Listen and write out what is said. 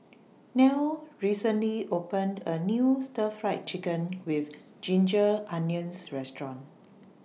Nell recently opened A New Stir Fried Chicken with Ginger Onions Restaurant